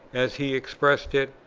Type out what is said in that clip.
as he expressed it,